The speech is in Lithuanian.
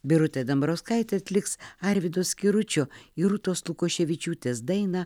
birutė dambrauskaitė atliks arvydo skiručio ir rūtos lukoševičiūtės dainą